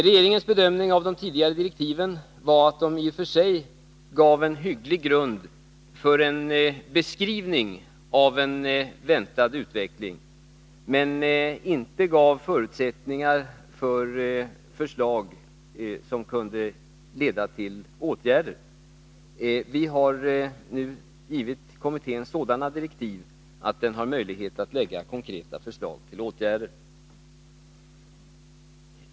Regeringens bedömning av de tidigare direktiven var att de i och för sig gav en hygglig grund för en beskrivning av en väntad utveckling men inte gav förutsättningar för förslag som kunde leda till åtgärder. Vi har nu givit kommittén sådana direktiv att den har möjlighet att lägga fram konkreta förslag till åtgärder.